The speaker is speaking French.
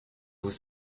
vous